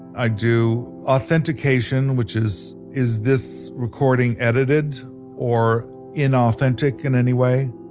i do authentication, which is, is this recording edited or inauthentic in any way?